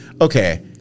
okay